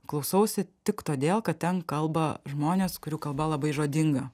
klausausi tik todėl kad ten kalba žmonės kurių kalba labai žodinga